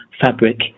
fabric